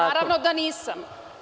Naravno da nisam.